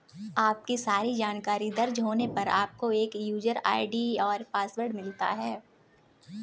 आपकी सारी जानकारी दर्ज होने पर, आपको एक यूजर आई.डी और पासवर्ड मिलता है